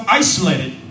isolated